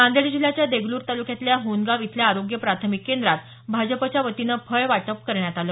नांदेड जिल्ह्याच्या देगलूर तालुक्यातल्या होनगाव इथल्या आरोग्य प्राथमिक केंद्रात भाजपच्या वतीनं फळ वाटप करण्यात आलं